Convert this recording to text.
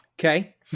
Okay